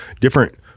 different